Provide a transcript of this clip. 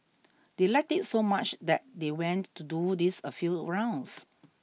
they liked it so much that they went to do this a few rounds